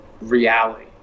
reality